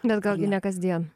bet gal gi ne kasdien